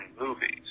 movies